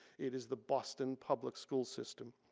it is the boston public school system.